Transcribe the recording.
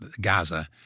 Gaza